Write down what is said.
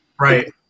Right